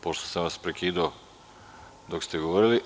Pošto sam vas prekidao dok ste govorili.